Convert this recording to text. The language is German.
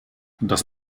das